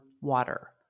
water